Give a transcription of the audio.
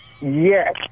Yes